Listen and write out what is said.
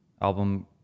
album